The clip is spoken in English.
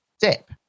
dip